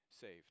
saved